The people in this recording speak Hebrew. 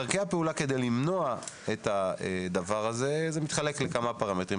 דרכי הפעולה כדי למנוע את הדבר הזה מתחלקות לכמה פרמטרים.